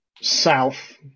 south